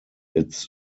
its